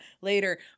later